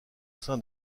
sein